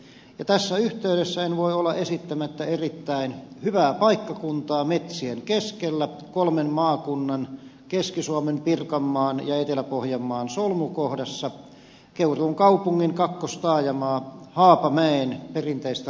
tässä yhteydessä en voi olla esittämättä erittäin hyvää paikkakuntaa metsien keskellä kolmen maakunnan keski suomen pirkanmaan ja etelä pohjanmaan solmukohdassa keuruun kaupungin kakkostaajamaa haapamäen perinteistä rautatieyhdyskuntaa